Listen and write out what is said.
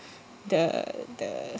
the the